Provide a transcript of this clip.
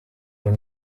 rero